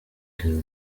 lil